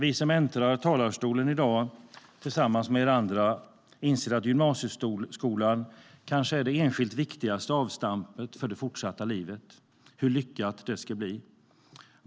Vi som äntrar talarstolen i dag, tillsammans med er andra, inser att gymnasieskolan kanske är det enskilt viktigaste avstampet för det fortsatta livet. Hur lyckat ska det bli?